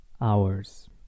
hours